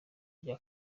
rya